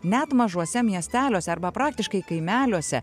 net mažuose miesteliuose arba praktiškai kaimeliuose